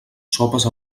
sopes